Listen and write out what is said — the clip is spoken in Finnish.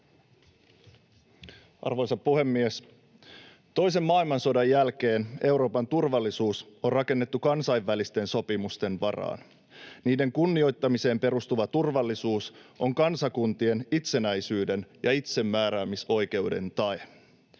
Arvoisa puhemies! Toisen maailmansodan jälkeen Euroopan turvallisuus on rakennettu kansainvälisten sopimusten varaan. Niiden kunnioittamiseen perustuva turvallisuus on kansakuntien itsenäisyyden ja itsemääräämisoikeuden tae.